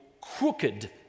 crooked